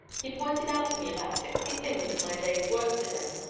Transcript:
he pointed out to me about sixty things as my day's work to-day,